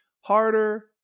harder